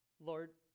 Lord